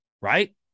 right